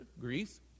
Greece